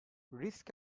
risk